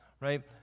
Right